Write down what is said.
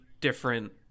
different